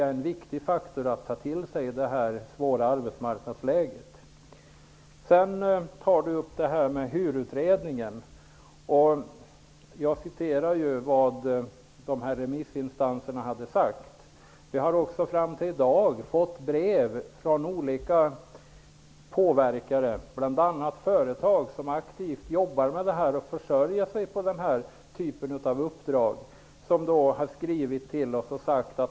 Det är en viktig faktor att ta till sig i detta svåra arbetsmarknadsläge. Göran Åstrand talade om HUR-utredningen. Jag citerade ju vad remissinstanserna hade uttalat. Jag har också fått brev från olika påverkare, bl.a. från företag som aktivt arbetar med detta och försörjer sig på den här typen av uppdrag.